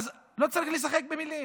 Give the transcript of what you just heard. אז לא צריך לשחק במילים.